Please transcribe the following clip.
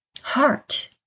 heart